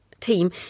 team